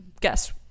guess